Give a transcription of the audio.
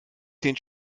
den